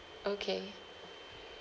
okay